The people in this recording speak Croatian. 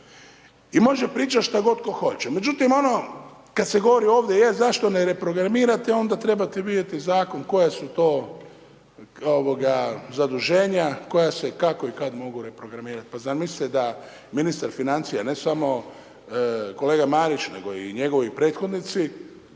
I može pričat šta god tko hoće, međutim ono kad se govori ovdje je, zašto ne reprogramirate, onda treba vidjeti zakon koja su to zaduženja koja se, kako i kad mogu reprogramirati. Pa zamislite da ministar financija, ne samo kolega Marić nego i njegovi prethodnici,